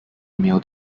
mailed